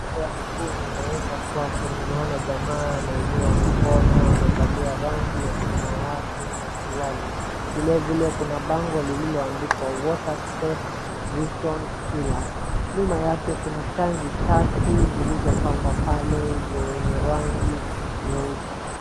Mbele yangu naeza kuwa naona jamaa anainua mkono amevalia rangi ya samawati na suruali vilevile kuna bango lilioandikwa water step mission pillars nyuma yake kuna tangi tatu zilizopangwa pale zenye rangi nyeusi.